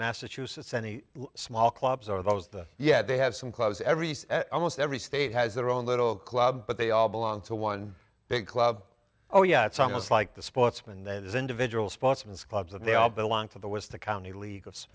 massachusetts any small clubs are those the yet they have some clubs every almost every state has their own little club but they all belong to one big club oh yeah it's almost like the sportsman there's individual sports and clubs and they all belong to the west the county le